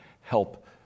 help